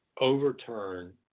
overturn